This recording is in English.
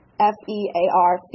F-E-A-R